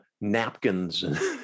napkins